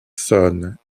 sonne